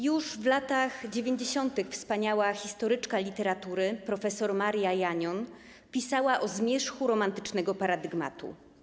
Już w latach 90. wspaniała historyczka literatury, prof. Maria Janion pisała o zmierzchu romantycznego paradygmatu.